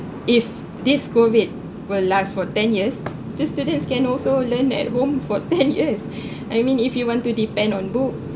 if this COVID will last for ten years the students can also learn at home for ten years I mean if you want to depend on book